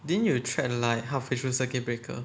didn't you thread like halfway through circuit breaker